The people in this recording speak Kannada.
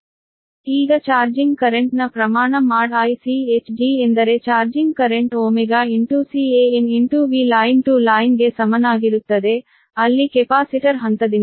ಈಗ ಚಾರ್ಜಿಂಗ್ ಕರೆಂಟ್ನ ಪ್ರಮಾಣ ನಾನು mod |Ichg| chg ಎಂದರೆ charging current Can VLine to Line ಗೆ ಸಮನಾಗಿರುತ್ತದೆ ಅಲ್ಲಿ ಕೆಪಾಸಿಟರ್ ಫೇಸ್ ಟು ನ್ಯೂಟ್ರಲ್ ಆಗಿರುತ್ತದೆ ಅಲ್ಲಿ ವೋಲ್ಟೇಜ್ ಅನ್ನು ಲೈನ್ ಟು ನ್ಯೂಟ್ರಲ್ ಎಂದು ತೆಗೆದುಕೊಳ್ಳಬೇಕು